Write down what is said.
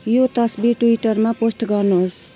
यो तस्विर ट्विटरमा पोस्ट गर्नुहोस्